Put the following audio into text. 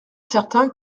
certain